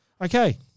Okay